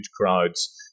crowds